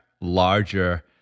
larger